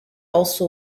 also